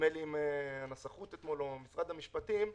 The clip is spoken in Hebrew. עם הנסחות או משרד המשפטים אתמול.